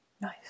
Nice